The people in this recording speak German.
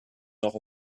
noch